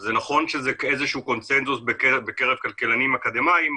זה נכון שזה איזה שהוא קונצנזוס בקרב כלכלנים אקדמאים,